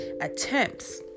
attempts